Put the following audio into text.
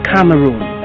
Cameroon